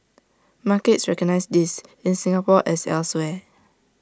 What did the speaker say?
markets recognise this in Singapore as elsewhere